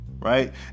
Right